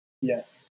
Yes